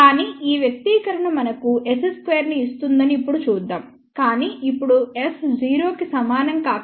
కానీ ఈ వ్యక్తీకరణ మనకు S2 ను ఇస్తుందని ఇప్పుడు చూద్దాం కానీ ఇప్పుడు S 0 కి సమానం కాకపోతే S11 0